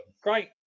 great